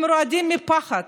הם רועדים מפחד